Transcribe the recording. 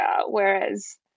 whereas